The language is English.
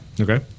Okay